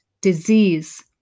disease